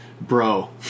bro